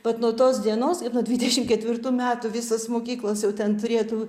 vat nuo tos dienos ir nuo dvidešim ketvirtų metų visos mokyklos jau ten turėtų